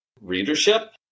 readership